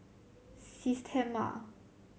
Systema